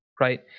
Right